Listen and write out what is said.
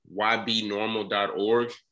ybnormal.org